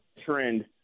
trend